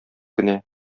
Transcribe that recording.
кенә